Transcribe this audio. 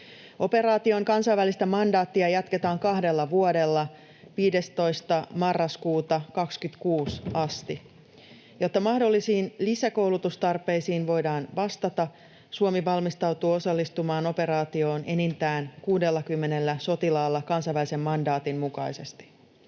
Operaation kansainvälistä mandaattia jatketaan kahdella vuodella 15. marraskuuta 26 asti. Jotta mahdollisiin lisäkoulutustarpeisiin voidaan vastata, Suomi valmistautuu osallistumaan operaatioon enintään 60 sotilaalla kansainvälisen mandaatin mukaisesti.